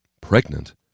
Pregnant